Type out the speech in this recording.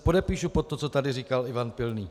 Podepíšu se pod to, co tady říkal Ivan Pilný.